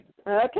Okay